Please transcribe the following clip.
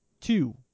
two